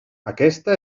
aquesta